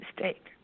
mistake